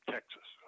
Texas